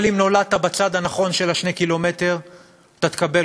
אבל אם נולדת בצד הנכון של ה-2 קילומטר אתה תקבל